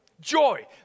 Joy